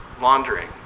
laundering